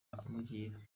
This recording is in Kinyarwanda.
amugira